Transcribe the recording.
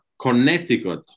Connecticut